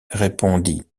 répondit